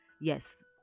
Yes